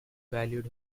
valued